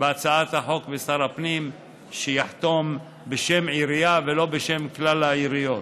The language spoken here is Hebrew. בהצעת החוק משר הפנים הוא שיחתום בשם עירייה ולא בשם כלל העיריות.